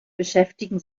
beschäftigen